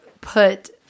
put